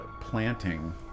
planting